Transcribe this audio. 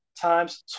Times